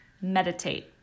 meditate